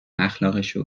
اخلاقشه